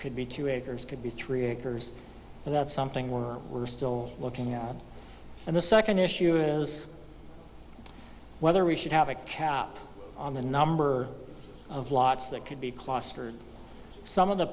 could be two acres could be three acres and that's something we're we're still looking at and the second issue is whether we should have a cap on the number of lots that could be clustered some of the